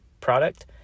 product